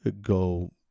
go